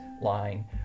line